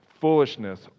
foolishness